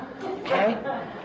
okay